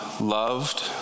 loved